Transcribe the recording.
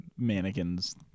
mannequins